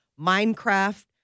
Minecraft